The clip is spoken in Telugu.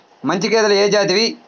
మంచి గేదెలు ఏ జాతివి?